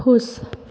खुश